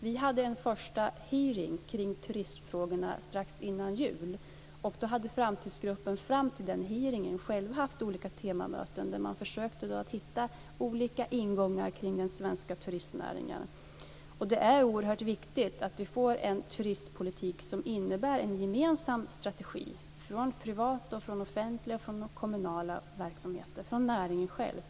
Vi hade en första hearing om turismfrågorna strax innan jul. Framtidsgruppen hade fram till den hearingen själv haft olika temamöten där man försökte hitta olika ingångar kring den svenska turistnäringen. Det är oerhört viktigt att vi får en turistpolitik som innebär en gemensam strategi från privata, offentliga och kommunala verksamheter, dvs. från näringen själv.